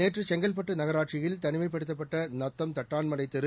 நேற்று செங்கற்பட்டு நகராட்சியில் தனிமைப்படுத்தப்பட்ட நத்தம் தட்டான்மலைத் தெரு